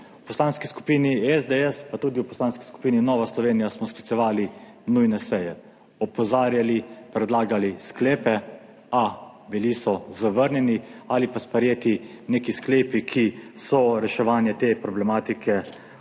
V Poslanski skupini SDS, pa tudi v Poslanski skupini Nova Slovenija smo sklicevali nujne seje. Opozarjali, predlagali sklepe, a bili so zavrnjeni ali pa sprejeti neki sklepi, ki vso reševanje te problematike